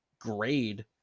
grade